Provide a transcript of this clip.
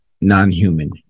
non-human